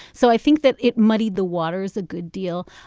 so i think that it muddied the waters a good deal.